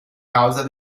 causa